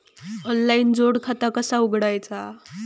Online जोड खाता कसा उघडायचा?